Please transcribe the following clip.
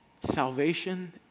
Salvation